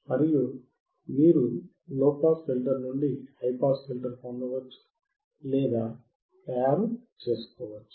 మరియు మీరు low pass filter నుండి హై పాస్ ఫిల్టర్ పొందవచ్చు లేదా చేసుకోవచ్చు